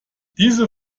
diese